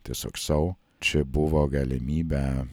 tiesiog sau čia buvo galimybė